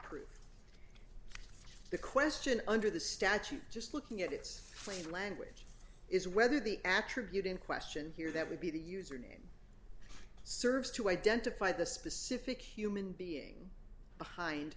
prove the question under the statute just looking at its plain language is whether the attribute in question here that would be the username serves to identify the specific human being behind